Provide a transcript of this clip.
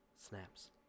Snaps